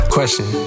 Question